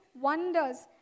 wonders